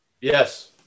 Yes